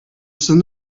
sun